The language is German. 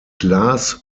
glas